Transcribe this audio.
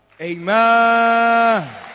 Amen